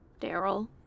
Daryl